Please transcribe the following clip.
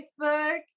Facebook